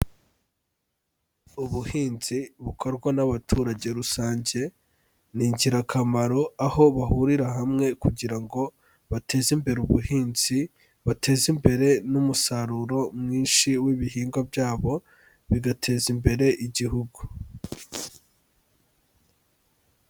Ubuhinzi bukorwa n'abaturage rusange ni ingirakamaro, aho bahurira hamwe kugira ngo bateze imbere ubuhinzi, bateze imbere n'umusaruro mwinshi w'ibihingwa byabo, bigateza imbere igihugu.